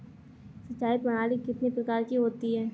सिंचाई प्रणाली कितने प्रकार की होती है?